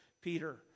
Peter